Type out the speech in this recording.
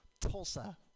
Tulsa